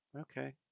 Okay